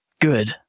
Good